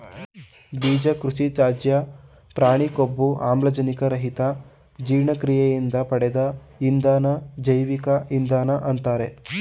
ಬೀಜ ಕೃಷಿತ್ಯಾಜ್ಯ ಪ್ರಾಣಿ ಕೊಬ್ಬು ಆಮ್ಲಜನಕ ರಹಿತ ಜೀರ್ಣಕ್ರಿಯೆಯಿಂದ ಪಡೆದ ಇಂಧನ ಜೈವಿಕ ಇಂಧನ ಅಂತಾರೆ